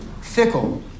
fickle